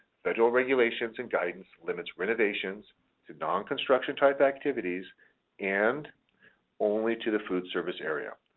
federal regulations and guidance limits renovations to non-construction type activities and only to the food service area,